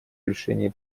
решении